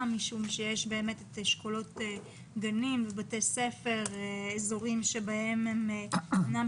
משום שיש אשכולות גנים ובתי ספר אזוריים שהם אמנם